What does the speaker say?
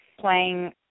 playing